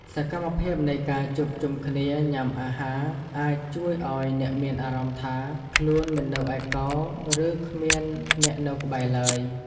សកម្មភាពនៃការជួបជុំគ្នាញ៉ាំអាហារអាចជួយឱ្យអ្នកមានអារម្មណ៍ថាខ្លួនមិននៅឯកោឬគ្មានអ្នកនៅក្បែរឡើយ។